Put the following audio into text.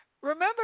Remember